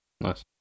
Nice